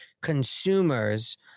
consumers